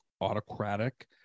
autocratic